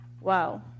Wow